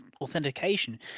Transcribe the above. authentication